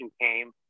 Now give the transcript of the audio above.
came